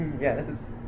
Yes